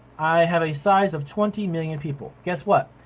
i have a size of twenty million people. guess what?